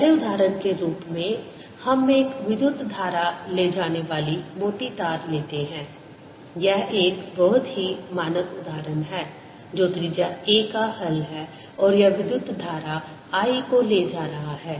पहले उदाहरण के रूप में हम एक विद्युत धारा ले जाने वाली मोटी तार लेते हैं यह एक बहुत ही मानक उदाहरण है जो त्रिज्या a का हल है और यह विद्युत धारा I को ले जा रहा है